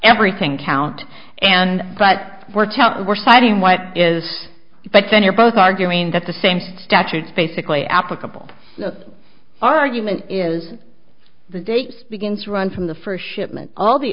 everything count and but we're tell were citing what is it but then you're both arguing that the same statute basically applicable argument is the date begins runs from the first shipment all the